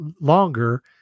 longer